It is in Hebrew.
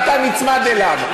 ואתה נצמד אליו.